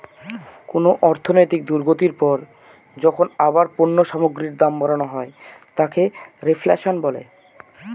কোন অর্থনৈতিক দুর্গতির পর যখন আবার পণ্য সামগ্রীর দাম বাড়ানো হয় তাকে রেফ্ল্যাশন বলে